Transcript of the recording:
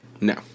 No